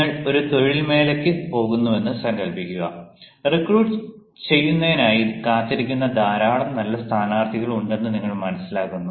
നിങ്ങൾ ഒരു തൊഴിൽ മേളയ്ക്ക് പോകുന്നുവെന്ന് സങ്കൽപ്പിക്കുക റിക്രൂട്ട് ചെയ്യുന്നതിനായി കാത്തിരിക്കുന്ന ധാരാളം നല്ല സ്ഥാനാർത്ഥികൾ ഉണ്ടെന്ന് നിങ്ങൾ മനസ്സിലാക്കുന്നു